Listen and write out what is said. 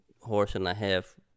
horse-and-a-half